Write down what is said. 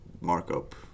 markup